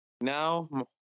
Now